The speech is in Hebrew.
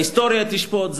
ההיסטוריה תשפוט,